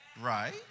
right